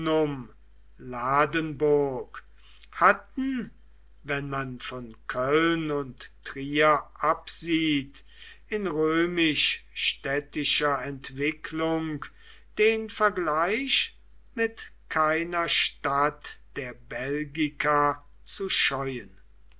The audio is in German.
hatten wenn man von köln und trier absieht in römisch städtischer entwicklung den vergleich mit keiner stadt der belgica zu scheuen